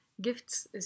Gifts